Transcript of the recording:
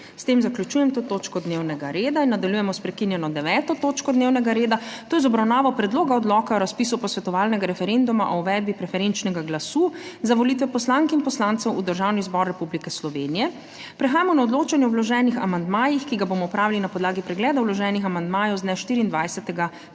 S tem zaključujem to točko dnevnega reda. Nadaljujemo s **prekinjeno 9. točko dnevnega reda - Predlog odloka o razpisu posvetovalnega referenduma o uvedbi preferenčnega glasu za volitve poslank in poslancev v Državni zbor Republike Slovenije.** Prehajamo na odločanje o vloženih amandmajih, ki ga bomo opravili na podlagi pregleda vloženih amandmajev z dne, 24.